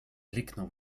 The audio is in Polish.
ryknął